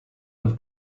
have